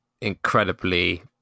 incredibly